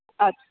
अस्तु